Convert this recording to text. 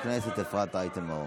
אני לא מעודדת את הטרור שלהם.